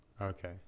Okay